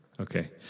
Okay